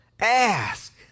Ask